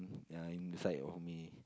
ya inside of me